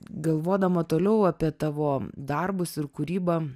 galvodama toliau apie tavo darbus ir kūrybą